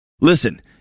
Listen